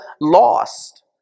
lost